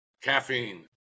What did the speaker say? Caffeine